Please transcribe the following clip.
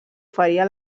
faria